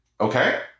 okay